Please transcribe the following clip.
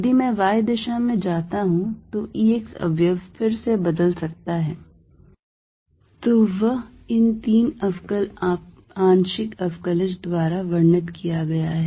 यदि मैं y दिशा में जाता हूं तो E x अवयव फिर से बदल सकता है तो वह इन तीन अवकल आंशिक अवकलज द्वारा वर्णित किया गया है